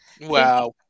Wow